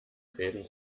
fäden